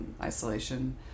isolation